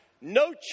no